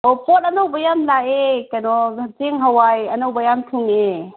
ꯑꯣ ꯄꯣꯠ ꯑꯅꯧꯕ ꯌꯥꯝ ꯂꯥꯛꯑꯦ ꯀꯩꯅꯣ ꯆꯦꯡ ꯍꯋꯥꯏ ꯑꯅꯧꯕ ꯌꯥꯝ ꯊꯨꯡꯉꯦ